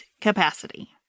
capacity